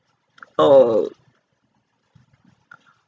err